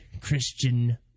Christian